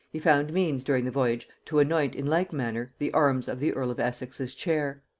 he found means during the voyage to anoint in like manner the arms of the earl of essex's chair.